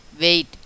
wait